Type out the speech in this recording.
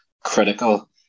critical